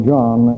John